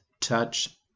touch